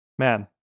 Man